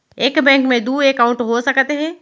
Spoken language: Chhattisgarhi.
एक बैंक में दू एकाउंट हो सकत हे?